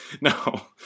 no